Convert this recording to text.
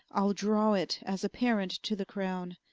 ile draw it as apparant to the crowne,